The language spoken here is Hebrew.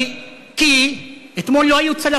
כי, תודה.